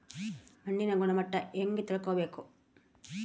ಮಣ್ಣಿನ ಗುಣಮಟ್ಟ ಹೆಂಗೆ ತಿಳ್ಕೊಬೇಕು?